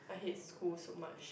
I hate school so much